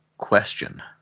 question